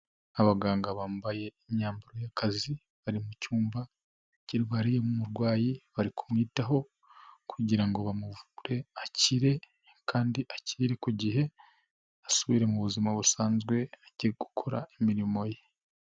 Abaganga bambaye imyambaro y'akazi, bari mu cyumba kirwariyemo umurwayi, bari kumwitaho kugira ngo bamuvure akire kandi akirire ku gihe asubire mu buzima busanzwe, ajye gukora imirimo ye.